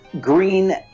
Green